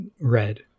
Red